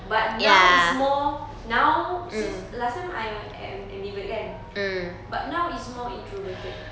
but now is more now since last time I'm am~ ambivert kan but now is more introverted